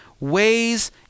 ways